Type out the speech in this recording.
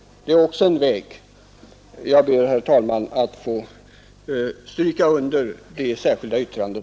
Jag ber, herr talman, att få understryka vad som sägs i det särskilda yttrandet.